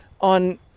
on